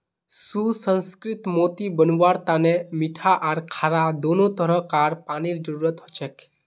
सुसंस्कृत मोती बनव्वार तने मीठा आर खारा दोनों तरह कार पानीर जरुरत हछेक